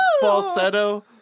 falsetto